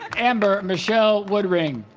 amber michelle woodring